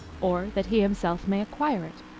or that he himself may acquire it.